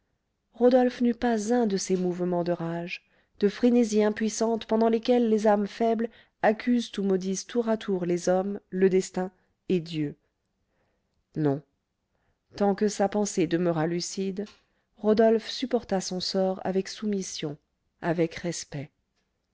rodolphe n'eut pas un de ces mouvements de rage de frénésie impuissante pendant lesquels les âmes faibles accusent ou maudissent tour à tour les hommes le destin et dieu non tant que sa pensée demeura lucide rodolphe supporta son sort avec soumission avec respect